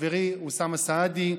לחברי אוסאמה סעדי,